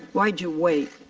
why did you wait?